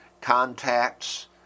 contacts